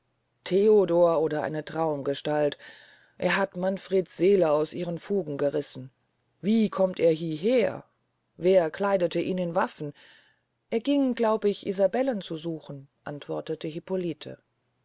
theodor oder eine traumgestalt er hat manfreds seele aus ihren fugen gerissen wie kommt er hieher wer kleidete ihn in waffen er ging glaub ich isabellen zu suchen antwortete